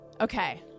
Okay